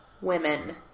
women